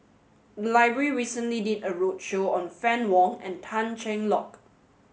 the library recently did a roadshow on Fann Wong and Tan Cheng Lock